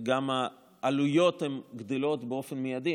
וגם העלויות גדלות באופן מיידי,